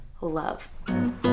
love